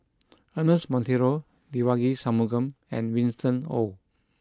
Ernest Monteiro Devagi Sanmugam and Winston Oh